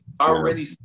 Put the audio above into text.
already